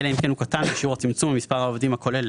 אלא אם כן הוא קטן בשיעור הצמצום במספר העובדים הכולל